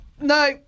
no